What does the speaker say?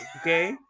Okay